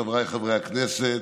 חבריי חברי הכנסת,